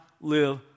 live